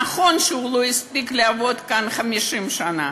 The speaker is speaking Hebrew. נכון שהוא לא הספיק לעבוד כאן 50 שנה,